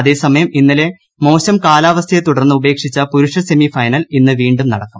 അതേസമയം ഇന്നലെ മോശം കാലാവസ്ഥയെ തുടർന്ന് ഉപേക്ഷിച്ച പുരുഷ സെമി ഫൈനൽ ഇന്ന് വീണ്ടും നടക്കും